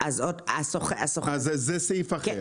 זה סעיף אחר.